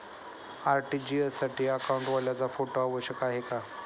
RTGS साठी अकाउंटवाल्याचा photo आवश्यक आहे का?